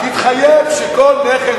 תתחייב שכל נכס,